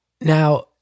Now